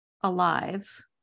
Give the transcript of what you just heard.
alive